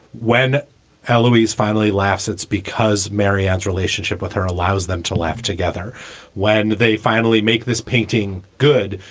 when ah louise finally laughs, it's because maryanne's relationship with her allows them to laugh together when they finally make this painting good.